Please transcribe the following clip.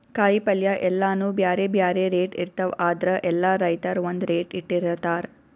ಕಾಯಿಪಲ್ಯ ಎಲ್ಲಾನೂ ಬ್ಯಾರೆ ಬ್ಯಾರೆ ರೇಟ್ ಇರ್ತವ್ ಆದ್ರ ಎಲ್ಲಾ ರೈತರ್ ಒಂದ್ ರೇಟ್ ಇಟ್ಟಿರತಾರ್